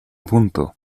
punto